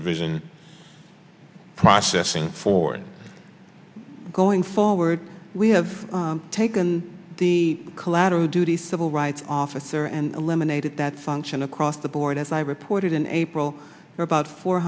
provision processing for going forward we have taken the collateral duty civil rights officer and eliminated that function across the board as i reported in april for about four